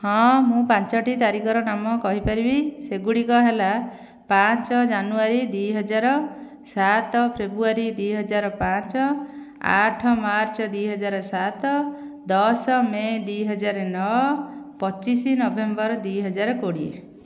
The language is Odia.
ହଁ ମୁଁ ପାଞ୍ଚୋଟି ତାରିଖର ନାମ କହିପାରିବି ସେଗୁଡ଼ିକ ହେଲା ପାଞ୍ଚ ଜାନୁଆରୀ ଦୁଇ ହଜାର ସାତ ଫ୍ରେବୁଆରୀ ଦୁଇ ହଜାର ପାଞ୍ଚ ଆଠ ମାର୍ଚ୍ଚ ଦୁଇ ହଜାର ସାତ ଦଶ ମେ' ଦୁଇ ହଜାର ନଅ ପଚିଶ ନଭେମ୍ବର ଦୁଇ ହଜାର କୋଡ଼ିଏ